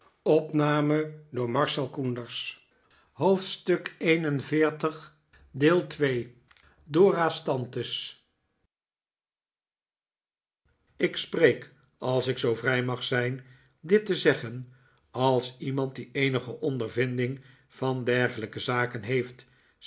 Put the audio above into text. ik spreek als ik zoo vrij mag zijn dit te zeggen als iemand die eenige ondervinding van dergelijke zaken heeft